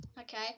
Okay